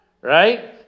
Right